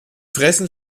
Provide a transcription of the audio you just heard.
fressen